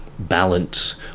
balance